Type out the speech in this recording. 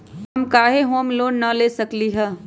हम काहे home loan न ले सकली ह?